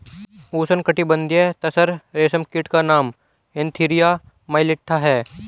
उष्णकटिबंधीय तसर रेशम कीट का नाम एन्थीरिया माइलिट्टा है